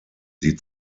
sie